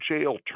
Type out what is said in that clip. jail